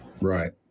Right